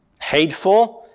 hateful